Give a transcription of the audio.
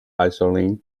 isolines